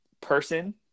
person